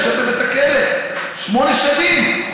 והוא יושב בבית הכלא שמונה שנים.